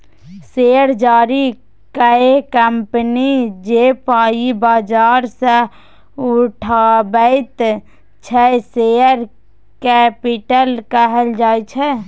share जारी कए company जे पाइ बजार सँ उठाबैत छै शेयर कैपिटल कहल जाइ छै